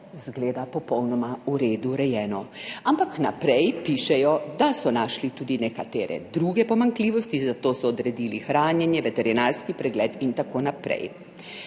izgleda popolnoma v redu rejeno. Ampak naprej pišejo, da so našli tudi nekatere druge pomanjkljivosti, zato so odredili hranjenje, veterinarski pregled in tako naprej.